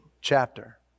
chapter